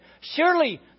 Surely